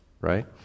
Right